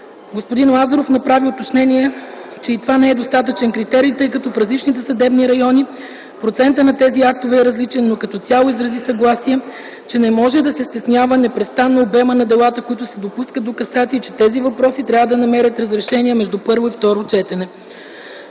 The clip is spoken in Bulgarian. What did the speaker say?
Господин Лазаров направи уточнение, че и това не е достатъчен критерий, тъй като в различните съдебни райони процентът на тези актове е различен, но като цяло изрази съгласие, че не може да се стеснява непрестанно обема на делата, които се допускат до касация и че тези въпроси трябва да намерят разрешение между първо и второ четене.